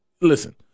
listen